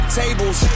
tables